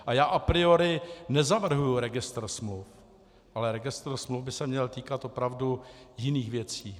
A já a priori nezavrhuji registr smluv, ale registr smluv by se měl týkat opravdu jiných věcí.